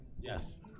Yes